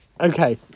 Okay